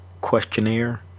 Questionnaire